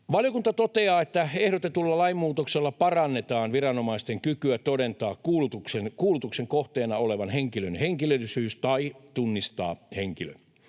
Valiokunta toteaa, että ehdotetulla lainmuutoksella parannetaan viranomaisten kykyä todentaa kuulutuksen kohteena olevan henkilön henkilöllisyys tai tunnistaa henkilö.